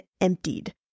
emptied